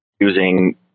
using